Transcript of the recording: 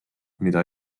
mida